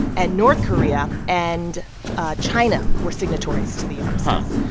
and north korea and ah china were signatories to the armistice.